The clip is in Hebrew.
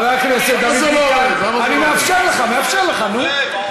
חבר הכנסת דוד ביטן, למה זה לא עובד?